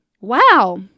wow